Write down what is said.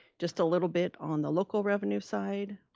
just a little bit on the local revenue side,